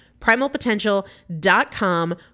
Primalpotential.com